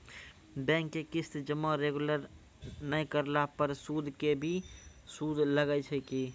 Bank के किस्त जमा रेगुलर नै करला पर सुद के भी सुद लागै छै कि?